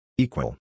Equal